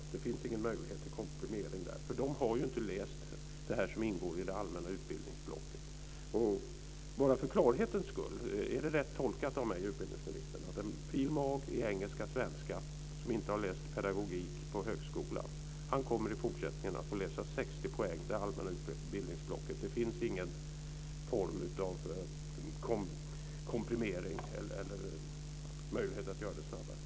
Det finns ingen möjlighet till komprimering för de har ju inte läst det som ingår i det allmänna utbildningsblocket. Bara för klarhetens skull undrar jag: Är det rätt tolkat av mig, utbildningsministern, att en som har en fil. mag. i engelska och svenska och som inte har läst pedagogik på högskolan i fortsättningen kommer att få läsa 60 poäng, det allmänna utbildningsblocket? Det finns alltså ingen form av komprimering eller möjlighet att göra det här snabbare.